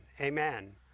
amen